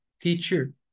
teacher